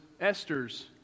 Esther's